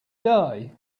day